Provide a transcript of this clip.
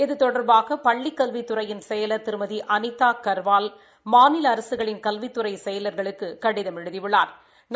இது தொடர்பாக பள்ளிக் கல்வித்துறையின் செயலர் திருமதி அனிதா கா்வால் மாநில அரசுகளின் கல்விததுறை செயலா்களுக்கு கடிதம் எழுதியுள்ளாா்